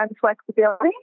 flexibility